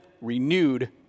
renewed